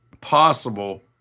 possible